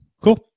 Cool